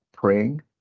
praying